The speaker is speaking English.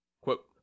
quote